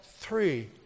three